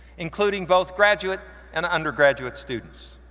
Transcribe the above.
including both graduate and undergraduate students.